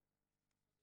זאת אומרת,